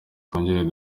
twongere